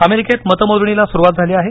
अमेरिकेत मतमोजणीला सुरुवात झाली आहे